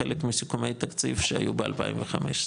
כחלק מסיכומי תקציב שהיו ב-2015,